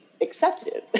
accepted